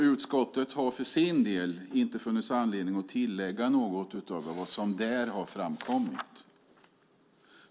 Utskottet har för sin del inte funnit anledning att tillägga något utöver vad som där har framkommit.